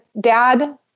dad